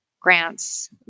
grants